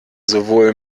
sowohl